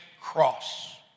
cross